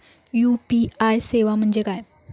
UPI सेवा म्हणजे काय?